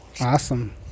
Awesome